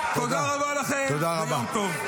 תודה רבה לכם ויום טוב.